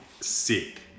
sick